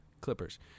Clippers